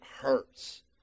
hurts